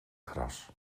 gras